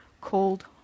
called